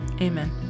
Amen